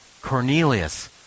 Cornelius